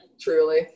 Truly